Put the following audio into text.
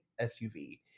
SUV